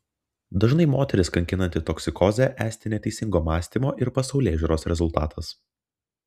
dažnai moteris kankinanti toksikozė esti neteisingo mąstymo ir pasaulėžiūros rezultatas